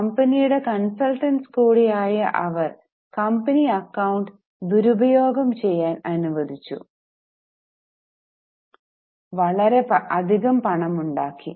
കമ്പനിയുടെ കോണ്സല്ട്ടന്റ്സ് കൂടെ ആയ അവർ കമ്പനി അക്കൌണ്ട് ദുരുപയോഗം ചെയ്യാൻ അനുവദിച്ചു വളരെ അധികം പണമുണ്ടാക്കി